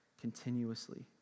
continuously